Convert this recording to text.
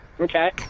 Okay